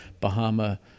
Bahama